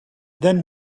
then